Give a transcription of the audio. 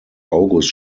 august